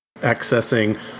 accessing